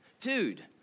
dude